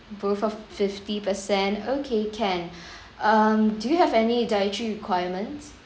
both of fifty per cent okay can um do you have any dietary requirements